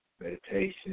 meditation